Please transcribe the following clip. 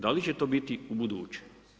Da li će to biti u buduće?